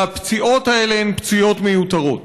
והפציעות האלה הן פציעות מיותרות,